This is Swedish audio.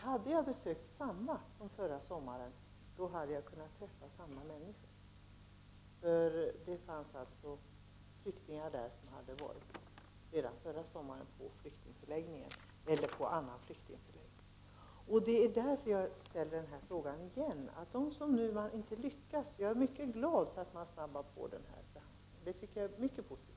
Hade jag besökt samma förläggningar som förra sommaren hade jag kunnat träffa samma människor. På den av mig besökta förläggningen fanns nämligen flyktingar, som redan förra sommaren hade befunnit sig på den flyktingförläggningen eller på annan flyktingförläggning. Det är därför som jag nu ställer samma fråga igen. Jag är mycket glad för att man snabbar på behandlingen av ärendena. Det är mycket positivt.